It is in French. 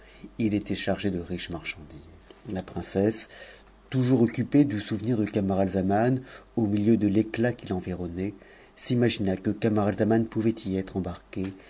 il était charge de riches marchandises la princesse toujours occupée du souvenir de camaralzaman au mi fu ic éc at qui l'environnait s'imagina que camaralzaman pouvait y embarqué